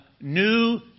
New